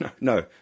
no